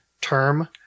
term